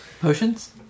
Potions